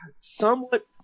somewhat